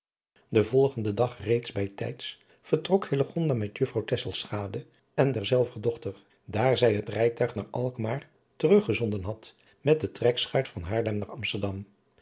den volgenden dag reeds bij tijds vertrok hillegonda met juffrouw tesselschade en derzelver dochter daar zij het rijtuig naar alkmaar teruggezonden had met de trekschuit van haarlem naar amsterdam